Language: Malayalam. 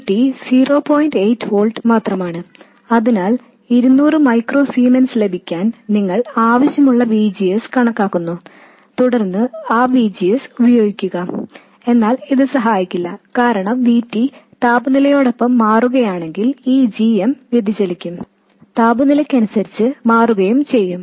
8volt മാത്രമാണ് അതിനാൽ 200 മൈക്രോ സീമെൻസ് ലഭിക്കാൻ നിങ്ങൾ ആവശ്യമുള്ള V G S കണക്കാക്കുന്നു തുടർന്ന് ആ V G S ഉപയോഗിക്കുക എന്നാൽ അത് സഹായിക്കില്ല കാരണം V T താപനിലയോടൊപ്പം മാറുകയാണെങ്കിൽ ഈ g m വ്യതിചലിക്കും താപനിലയ്ക് അനുസരിച്ച് ഇത് മാറുകയും ചെയ്യും